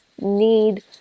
need